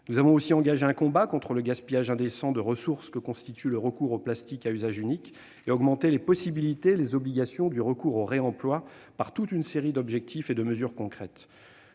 Nous avons également engagé un combat contre le gaspillage indécent de ressources que constitue l'utilisation du plastique à usage unique et accru les possibilités et les obligations en matière de recours au réemploi, par toute une série d'objectifs et de mesures concrètes.